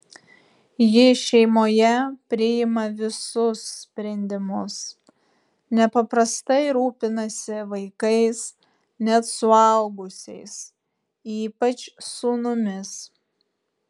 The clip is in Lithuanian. ji šeimoje priima visus sprendimus nepaprastai rūpinasi vaikais net suaugusiais ypač sūnumis